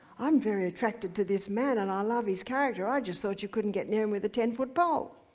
i'm very attracted to this man and i love his character. i just thought you couldn't get near him with a ten foot pole.